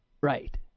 Right